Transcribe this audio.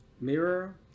Mirror